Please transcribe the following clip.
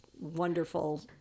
wonderful